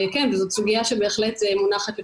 זאת סוגיה שבהחלט מונחת לפתחנו.